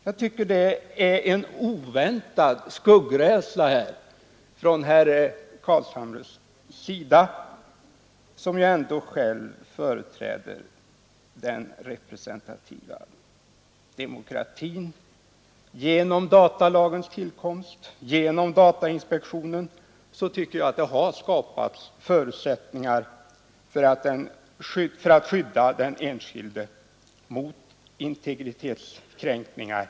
Jag tycker detta är en oväntad skuggrädsla hos herr Carlshamre, som ju själv företräder den representativa demokratin. Genom datalagens tillkomst och genom datainspektionen tycker jag det har skapats förutsättningar för att skydda den enskilde mot integritetskränkningar.